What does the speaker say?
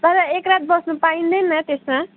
तर एकरात बस्न पाइँदैन त्यसमा